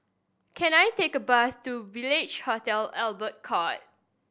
can I take a bus to Village Hotel Albert Court